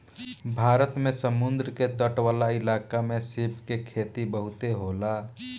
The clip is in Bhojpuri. भारत में समुंद्र के तट वाला इलाका में सीप के खेती बहुते होला